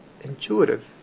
intuitive